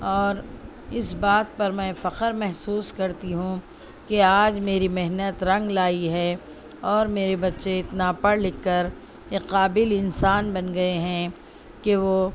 اور اس بات پر میں فخر محسوس کرتی ہوں کہ آج میری محنت رنگ لائی ہے اور میرے بچے اتنا پڑھ لکھ کر ایک قابل انسان بن گئے ہیں کہ وہ